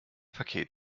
paket